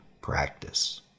practice